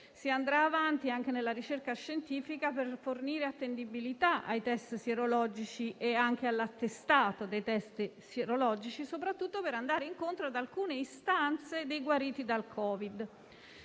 passi avanti anche nella ricerca scientifica per fornire attendibilità ai test sierologici e anche all'attestato di tali test soprattutto per andare incontro ad alcune istanze dei guariti dal Covid.